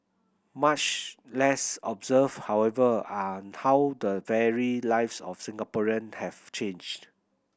much less observed however are how the very lives of Singaporean have changed